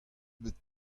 bet